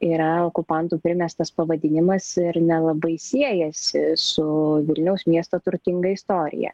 yra okupantų primestas pavadinimas ir nelabai siejasi su vilniaus miesto turtinga istorija